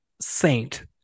saint